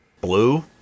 Blue